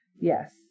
Yes